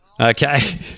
Okay